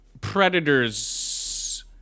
Predators